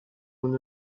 con